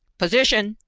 position,